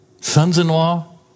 Sons-in-law